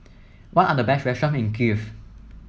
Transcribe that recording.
what are the best restaurants in Kiev